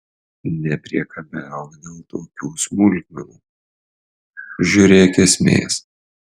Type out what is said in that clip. nepriekabiauk dėl tokių smulkmenų žiūrėk esmės